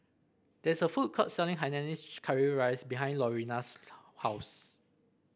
there is a food court selling Hainanese Curry Rice behind Lurena's house